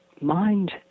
mind